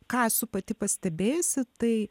ką esu pati pastebėjusi tai